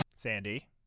Sandy